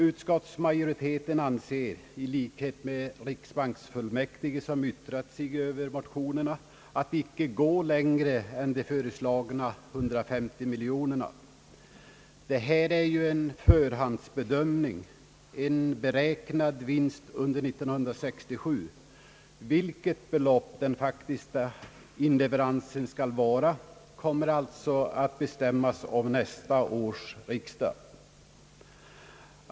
Utskottsmajoriteten anser — i likhet med riksbanksfullmäktige som yttrat sig över motionerna — att man icke skall gå högre än de föreslagna 150 miljonerna. Det här är ju en förhandsbedömning, en beräknad vinst under 1967. Vilket belopp som faktiskt skall inlevereras kommer alltså att bestämmas av nästa års riksdag.